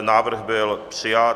Návrh byl přijat.